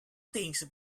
things